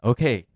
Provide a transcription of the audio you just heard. Okay